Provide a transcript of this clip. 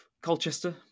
Colchester